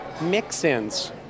mix-ins